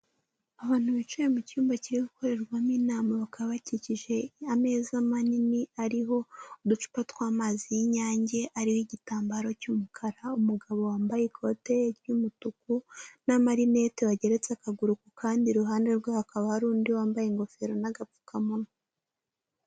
Abantu bicaye mu cyumba kiri gukorerwamo inama, bakaba bakikije ameza manini ariho uducupa tw'amazi y'Inyange, ariho igitambaro cy'umukara, umugabo wambaye ikote ry'umutuku n'amarinete wageretse akaguru ku kandi, iruhande rwe hakaba hari undi wambaye ingofero n'agapfukamunwa.